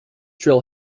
drill